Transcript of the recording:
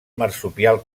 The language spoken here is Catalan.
marsupial